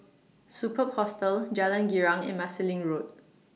Superb Hostel Jalan Girang and Marsiling Road